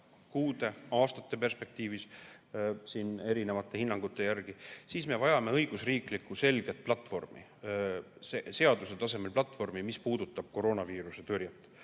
kuude, aastate perspektiivis erinevate hinnangute järgi, me vajame õigusriiklikku selget platvormi, seaduse tasemel platvormi, mis puudutab koroonaviiruse tõrjet.